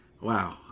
wow